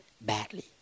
badly